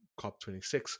COP26